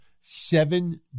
seven